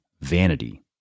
vanity